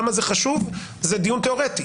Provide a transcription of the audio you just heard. למה זה חשוב, זה דיון תיאורטי.